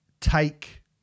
take